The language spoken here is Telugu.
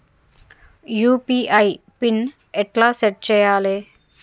యూ.పీ.ఐ పిన్ ఎట్లా సెట్ చేయాలే?